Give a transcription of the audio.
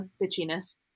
bitchiness